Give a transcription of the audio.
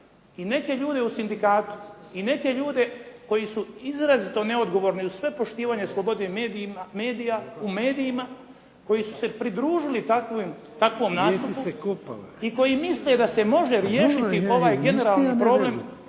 i neke ljude u sindikatu i neke ljude koji su izrazito neodgovorni uz sve poštivanje slobode u medijima koji su se pridružili takvom nastupu i koji misle da se može riješiti ovaj generalni problem